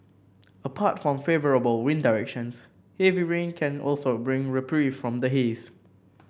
apart from favourable wind directions heavy rain can also bring reprieve from the haze